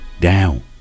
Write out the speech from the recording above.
Down